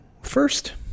first